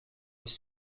ist